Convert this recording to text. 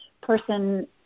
person